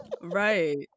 Right